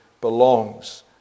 belongs